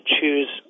choose